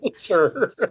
Sure